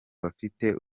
bafite